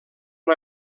han